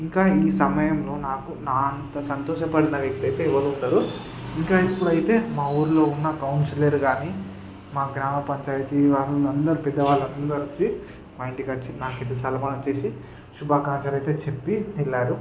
ఇంకా ఈ సమయంలో నాకు నా అంత సంతోషపడిన వ్యక్తి అయితే ఎవరూ ఉండరు ఇంకా ఇప్పుడైతే మా ఊరిలో ఉన్న కౌన్సిలర్ కానీ మా గ్రామ పంచాయతీ వాళ్ళందరూ పెద్ద వాళ్ళందరూ వచ్చి మా ఇంటికొచ్చి నాకైతే సన్మానం చేసి శుభాకాంక్షలయితే చెప్పి వెళ్ళారు